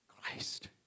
Christ